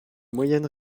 moyennes